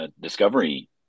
discovery